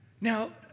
Now